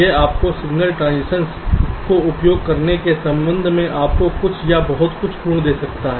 यह आपको signal transitions को कम करने के संबंध में आपको कुछ या बहुत अच्छे गुण दे सकता है